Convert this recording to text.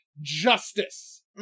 justice